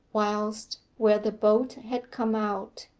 whilst, where the bolt had come out,